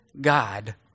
God